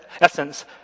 essence